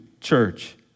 church